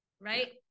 right